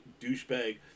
douchebag